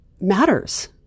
matters